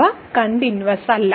അവ കണ്ടിന്യൂവസ്സല്ല